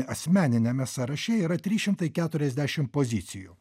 asmeniniame sąraše yra trys šimtai keturiasdešim pozicijų